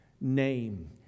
name